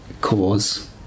cause